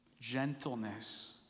Gentleness